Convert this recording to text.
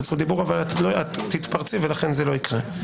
זכות דיבור אבל תתפרצי ולכן זה לא יקרה.